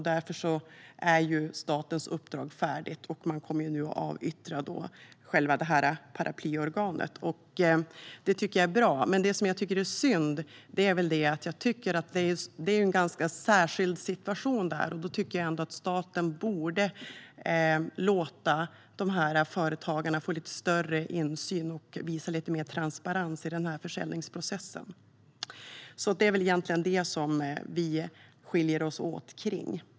Därför är statens uppdrag färdigt, och man kommer nu att avyttra paraplyorganet. Det tycker jag är bra, men jag tycker att staten i denna särskilda situation borde låta dessa företagare få lite större insyn och visa lite mer transparens i försäljningsprocessen. Det är väl egentligen där vi skiljer oss åt.